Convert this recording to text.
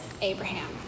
Abraham